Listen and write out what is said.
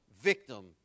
victim